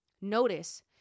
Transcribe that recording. Notice